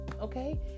okay